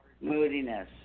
moodiness